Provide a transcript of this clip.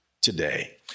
today